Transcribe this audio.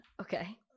Okay